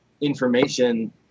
information